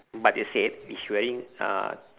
but you said he wearing a